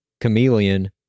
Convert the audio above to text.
chameleon